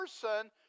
person